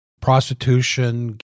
prostitution